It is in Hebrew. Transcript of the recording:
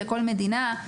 לכל מדינה.